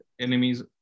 enemies